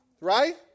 Right